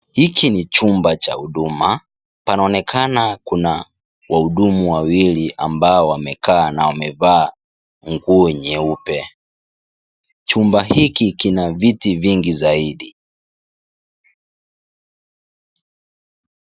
Hiki ni jumba cha Huduma panaonekana kuna wahudumu wawili ambao wamekaa na wamevaa nguo nyeupe. Jumba hiki kina viti vingi zaidi.